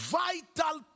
vital